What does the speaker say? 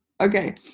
Okay